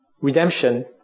redemption